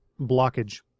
blockage